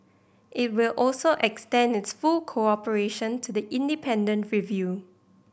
it will also extend its full cooperation to the independent review